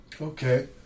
Okay